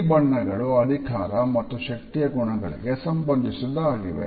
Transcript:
ಈ ಬಣ್ಣಗಳು ಅಧಿಕಾರ ಮತ್ತು ಶಕ್ತಿಯ ಗುಣಗಳಿಗೆ ಸಂಬಂಧಿಸಿದವುಗಳಾಗಿವೆ